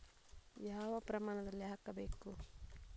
ಯಾವ ಪ್ರಮಾಣದಲ್ಲಿ ಹಾಕಬೇಕು?